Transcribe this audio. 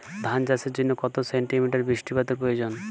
ধান চাষের জন্য কত সেন্টিমিটার বৃষ্টিপাতের প্রয়োজন?